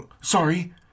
Sorry